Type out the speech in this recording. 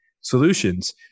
solutions